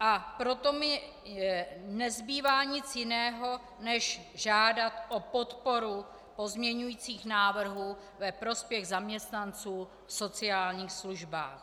a proto mi nezbývá nic jiného než žádat o podporu pozměňujících návrhů ve prospěch zaměstnanců v sociálních službách.